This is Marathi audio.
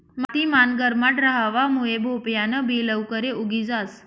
माती मान गरमाट रहावा मुये भोपयान बि लवकरे उगी जास